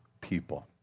people